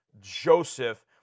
Joseph